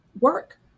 work